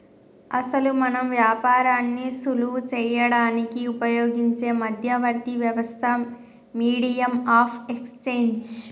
అసలు మనం వ్యాపారాన్ని సులువు చేయడానికి ఉపయోగించే మధ్యవర్తి వ్యవస్థ మీడియం ఆఫ్ ఎక్స్చేంజ్